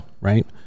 Right